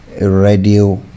radio